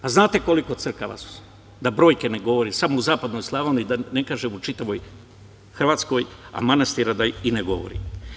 Pa, znate koliko su crkava, da brojke ne govorim, samo u zapadnoj Slavoniji, da ne kažem u čitavoj Hrvatskoj, a manastira da ih i ne govorim.